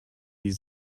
wie